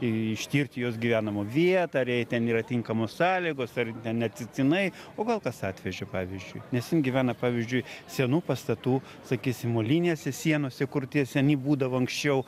ištirti jos gyvenamą vietą ar jai ten yra tinkamos sąlygos ar neatsitiktinai o gal kas atvežė pavyzdžiui nes jin gyvena pavyzdžiui senų pastatų sakysim čolinėse sienose kur tie seni būdavo anksčiau